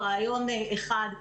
רעיון אחד,